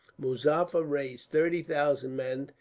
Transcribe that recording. muzaffar raised thirty thousand men,